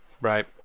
Right